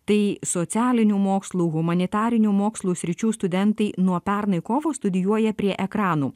tai socialinių mokslų humanitarinių mokslų sričių studentai nuo pernai kovo studijuoja prie ekranų